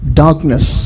darkness